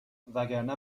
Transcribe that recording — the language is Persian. وگرنه